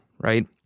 right